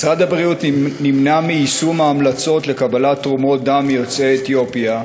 משרד הבריאות נמנע מיישום המלצות לקבלת תרומות דם מיוצאי אתיופיה,